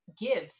give